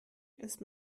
ist